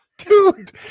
Dude